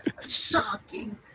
shocking